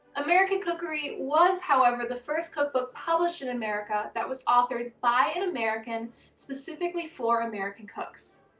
american cookery was, however, the first cookbook published in america that was authored by an american specifically for american cooks.